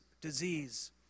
disease